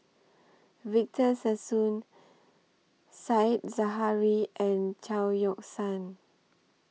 Victor Sassoon Said Zahari and Chao Yoke San